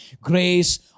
grace